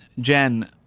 Jen